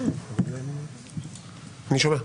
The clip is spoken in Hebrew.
אני שומע.